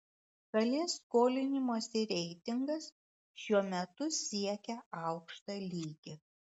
šalies skolinimosi reitingas šiuo metu siekia aukštą lygį